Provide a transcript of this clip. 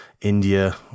India